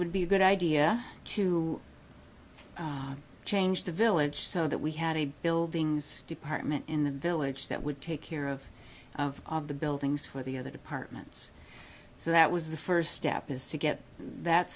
would be a good idea too change the village so that we had a buildings department in the village that would take care of the buildings for the other departments so that was the first step is to get that